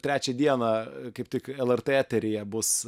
trečią dieną kaip tik lrt eteryje bus